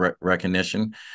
recognition